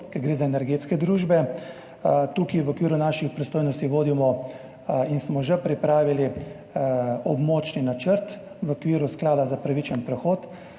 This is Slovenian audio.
ker gre za energetske družbe, tukaj v okviru svojih pristojnosti vodimo in smo že pripravili območni načrt v okviru Sklada za pravičen prehod.